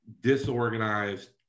disorganized